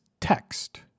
text